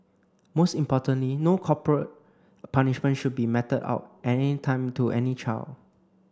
most importantly no corporal punishment should be meted out at any time to any child